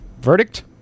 Verdict